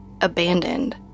abandoned